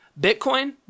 Bitcoin